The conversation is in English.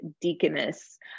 deaconess